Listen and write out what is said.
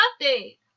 update